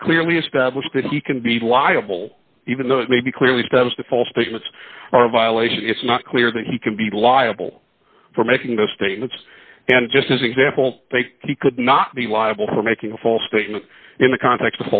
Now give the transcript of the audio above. not clearly established that he can be liable even though it may be clearly stems to false statements or a violation it's not clear that he can be liable for making those statements and just as an example he could not be liable for making a false statement in the context